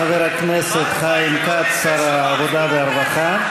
תודה לחבר הכנסת חיים כץ, שר העבודה והרווחה.